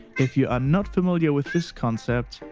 if you are not familiar with this concept,